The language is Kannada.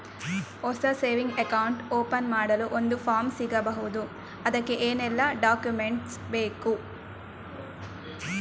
ಹೊಸ ಸೇವಿಂಗ್ ಅಕೌಂಟ್ ಓಪನ್ ಮಾಡಲು ಒಂದು ಫಾರ್ಮ್ ಸಿಗಬಹುದು? ಅದಕ್ಕೆ ಏನೆಲ್ಲಾ ಡಾಕ್ಯುಮೆಂಟ್ಸ್ ಬೇಕು?